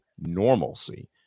normalcy